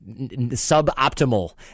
suboptimal